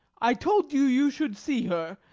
i told you you should see her,